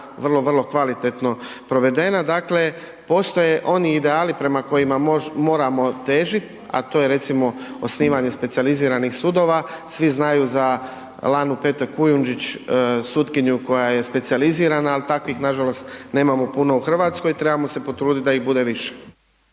vrlo, vrlo kvalitetno provedena. Dakle, postoje oni ideali prema kojima moramo težiti, a to je recimo osnivanje specijaliziranih sudova. Svi znaju za Lanu Petek Kujundžić, sutkinju koja je specijalizirana, ali takvih nažalost nemamo puno u Hrvatskoj, trebamo se potruditi da ih bude više.